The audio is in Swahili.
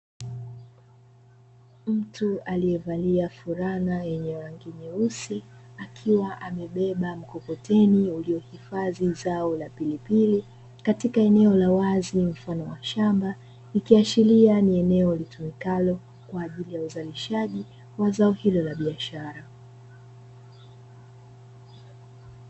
Mtu aliyevalia fulana yenye rangi nyeusi, akiwa amebeba mkokoteni uliohifadhi zao la pilipili katika eneo la wazi mfano wa shamba, ikiashiria kuwa ni eneo linalotumika kwa ajili ya uzalishaji wa zao hilo la biashara.